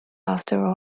after